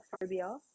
phobia